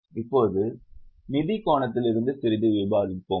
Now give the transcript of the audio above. இப்போது நிதி கோணத்திலிருந்து சிறிது விவாதிப்போம்